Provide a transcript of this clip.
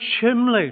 chimney